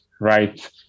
Right